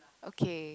okay